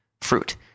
fruit